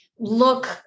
look